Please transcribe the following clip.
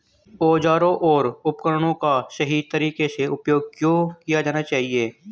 औजारों और उपकरणों का सही तरीके से उपयोग क्यों किया जाना चाहिए?